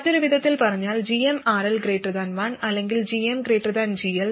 മറ്റൊരു വിധത്തിൽ പറഞ്ഞാൽ gmRL 1 അല്ലെങ്കിൽ gm GL